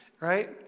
Right